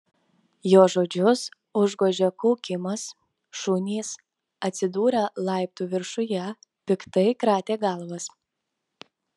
jo žodžius užgožė kaukimas šunys atsidūrę laiptų viršuje piktai kratė galvas